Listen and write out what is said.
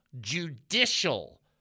judicial